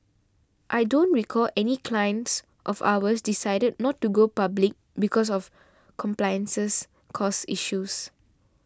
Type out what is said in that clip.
I don't recall any clients of ours decided not to go public because of compliances costs issues